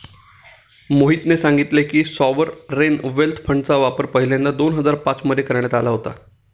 मोहितने सांगितले की, सॉवरेन वेल्थ फंडचा वापर पहिल्यांदा दोन हजार पाच मध्ये करण्यात आला होता